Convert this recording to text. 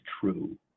true